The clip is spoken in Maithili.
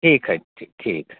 ठीक है ठीक